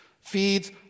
feeds